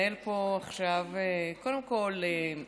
אנחנו ננהל פה עכשיו, קודם כול,